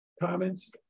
comments